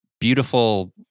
beautiful